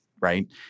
right